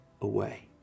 away